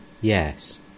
Yes